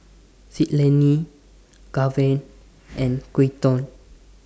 Citlali Gaven and Quinton